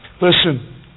listen